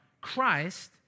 Christ